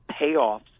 payoffs